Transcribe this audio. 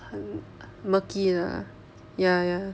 很 murky 的 lah ya ya